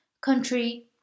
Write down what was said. country